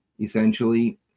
essentially